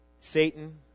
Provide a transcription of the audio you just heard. Satan